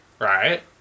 right